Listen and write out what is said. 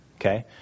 okay